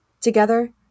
Together